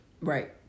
Right